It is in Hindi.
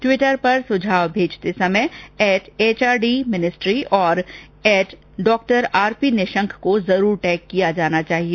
ट्विटर पर सुझाव भेजते समय एट एचआरडी मिनिस्ट्री और at doctor R P Nishank को जरूर टैग किया जाना चाहिए